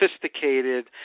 sophisticated